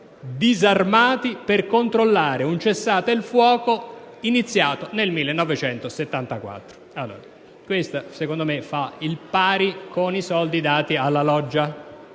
disarmati, per controllare un cessate il fuoco iniziato nel 1964. Questa situazione, secondo me, fa il paio con i soldi dati a La Loggia,